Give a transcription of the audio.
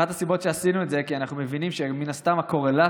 אחת הסיבות שעשינו את זה היא כי אנחנו מבינים שמן הסתם הקורלציה